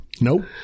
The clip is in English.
Nope